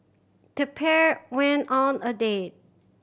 the pair went on a date